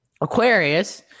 Aquarius